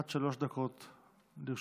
עד שלוש דקות לרשותך.